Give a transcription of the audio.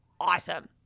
awesome